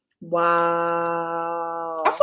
Wow